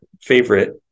favorite